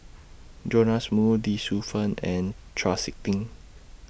Jonas Moo Lee Shu Fen and Chau Sik Ting